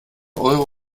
euro